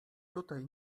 tutaj